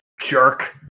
jerk